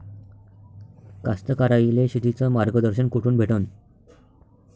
कास्तकाराइले शेतीचं मार्गदर्शन कुठून भेटन?